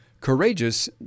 courageous